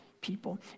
people